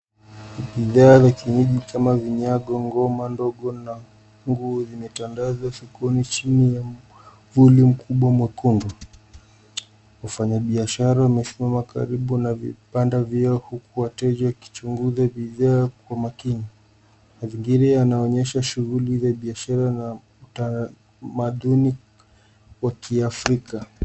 Bidhaa vya kienyeji kama vinyago, ngoma ndogo, na nguo zimetandazwa sokoni chini ya mwavuli mkubwa mwekundu. Wafanyabiashara wamesimama karibu na vibanda vyao huku wateja wakichunguza bidhaa kwa makini. Mazingira yanaonyesha shughuli za biashara na utamaduni wa kiafrika.